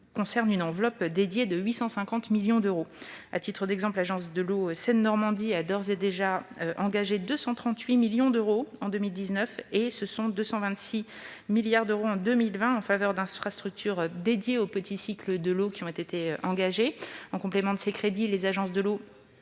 bénéficie d'une enveloppe dédiée de 850 millions d'euros. À titre d'exemple, l'agence de l'eau Seine-Normandie a d'ores et déjà engagé 238 millions d'euros en 2019 et 226 millions d'euros en 2020 en faveur d'infrastructures dédiées au petit cycle de l'eau. En complément de ces crédits, les agences de l'eau